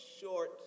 short